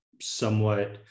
somewhat